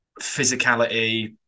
physicality